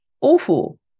awful